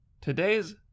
Today's